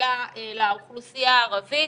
לאוכלוסייה הערבית